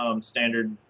standard